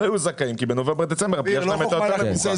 יהיו זכאים כי בנובמבר-דצמבר הפגיעה שלהם הייתה יותר נמוכה.